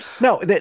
no